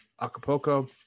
Acapulco